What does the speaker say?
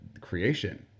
creation